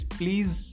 please